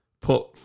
put